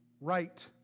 right